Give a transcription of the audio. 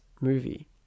movie